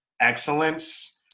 excellence